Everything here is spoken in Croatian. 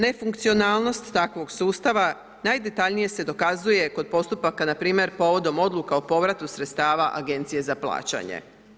Nefunkcionalnost takvog sustava najdetaljnije se dokazuje kod postupaka npr. povodom odluka o povratu sredstava Agencije za plaćanje.